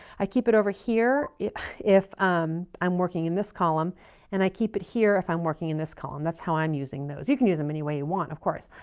i keep it over here if um i'm working in this column and i keep it here if i'm working in this column. that's how i'm using those. you can use them any way you want of course.